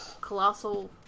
Colossal